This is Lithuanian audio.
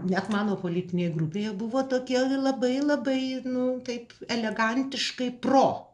net mano politinėj grupėje buvo tokia labai labai nu taip taip elegantiškai pro